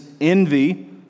envy